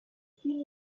skin